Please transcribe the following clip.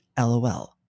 LOL